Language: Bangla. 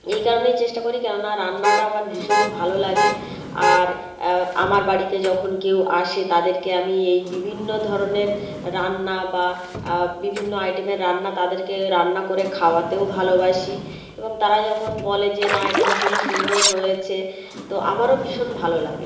এই কারণেই চেষ্টা করি কেননা রান্নাটা আমার ভীষণই ভালো লাগে আর আমার বাড়িতে যখন কেউ আসে তাদেরকে আমি এই বিভিন্ন ধরনের রান্না বা বিভিন্ন আইটেমের রান্না তাদেরকে রান্না করে খাওয়াতেও ভালোবাসি এবং তারা যখন বলে যে না এটা ভীষণই সুন্দর হয়েছে তো আমারও ভীষণ ভালো লাগে